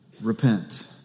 Repent